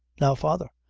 now, father,